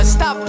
Stop